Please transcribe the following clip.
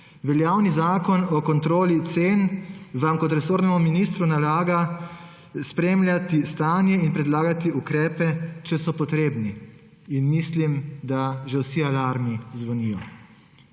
Veljavni zakon o kontroli cen vam kot resornemu ministru nalaga spremljati stanje in predlagati ukrepe, če so potrebni. In mislim, da že vsi alarmi zvonijo.